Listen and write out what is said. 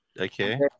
Okay